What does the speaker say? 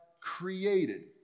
created